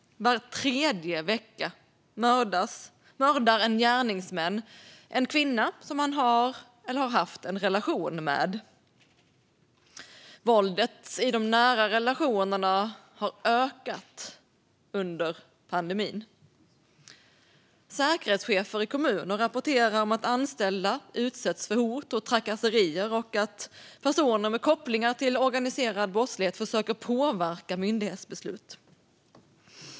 Var tredje vecka mördar en gärningsman en kvinna som han har eller har haft en relation med. Våldet i de nära relationerna har ökat under pandemin. Säkerhetschefer i kommuner rapporterar att anställda utsätts för hot och trakasserier och att personer med kopplingar till organiserad brottslighet försöker påverka myndighetsbeslut.